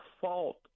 fault